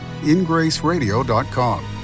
ingraceradio.com